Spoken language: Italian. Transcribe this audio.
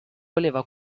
voleva